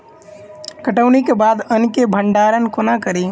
कटौनीक बाद अन्न केँ भंडारण कोना करी?